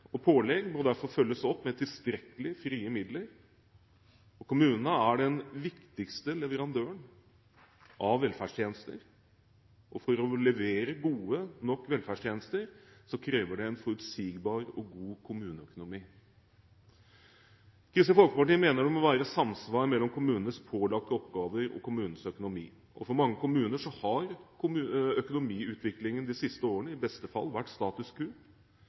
og pålegg må derfor følges opp med tilstrekkelige frie midler. Kommunene er den viktigste leverandøren av velferdstjenester. For å levere gode nok velferdstjenester kreves det en forutsigbar og god kommuneøkonomi. Kristelig Folkeparti mener det må være samsvar mellom kommunenes pålagte oppgaver og kommunenes økonomi. For mange kommuner har økonomiutviklingen de siste årene i beste fall vært status